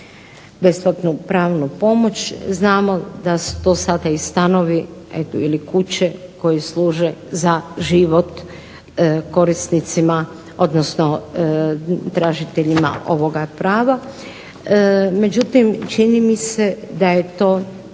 besplatnu pravnu pomoć. Znamo da su stanovi ili kuće koje služe za život korisnicima odnosno tražiteljima ovoga prava. Međutim, čini mi se da je to